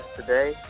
today